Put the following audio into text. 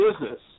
business